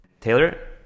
Taylor